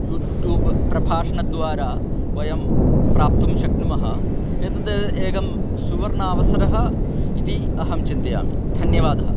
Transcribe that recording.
YouTube प्रभाषणद्वारा वयं प्राप्तुं शक्नुमः एतद् एकः सुवर्णः अवसरः इति अहं चिन्तयामि धन्यवादः